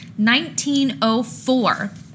1904